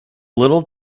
little